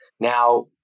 Now